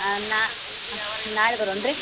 ಹಾಂ ನಾಳೆ ಬರುಣ ರೀ